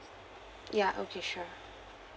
ya okay sure